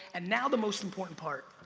and now the most important part.